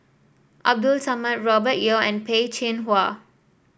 Abdul Samad Robert Yeo and Peh Chin Hua